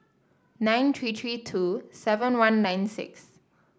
nine three three two seven one nine six